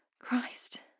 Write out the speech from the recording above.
Christ